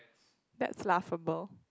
that's laughable